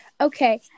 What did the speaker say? Okay